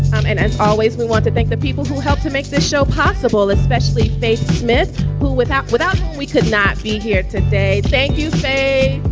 um and as always, we want to thank the people who helped to make this show possible, especially faith smith, who without without we could not be here today. thank you. say